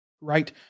right